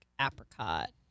apricot